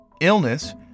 Illness